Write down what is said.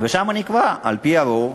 ושם נקבע על-פי הרוב